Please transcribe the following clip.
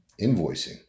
invoicing